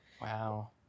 Wow